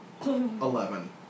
Eleven